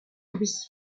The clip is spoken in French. louis